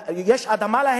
יש להם אדמה,